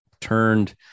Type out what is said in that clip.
turned